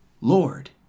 Lord